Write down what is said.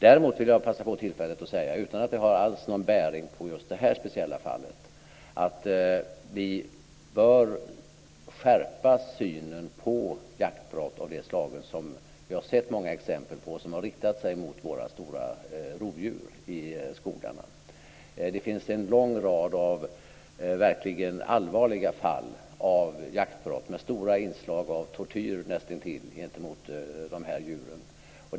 Däremot vill jag passa på tillfället att säga, utan att det alls har någon bäring just på det här speciella fallet, att vi bör skärpa synen på jaktbrott av det slag som vi har sett många exempel på och som har riktat sig mot våra stora rovdjur i skogarna. Det finns en lång rad av verkligt allvarliga fall av jaktbrott, med stora inslag av nästintill tortyr gentemot de här djuren.